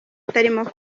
itarimo